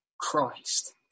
Christ